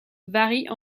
varient